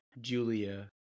Julia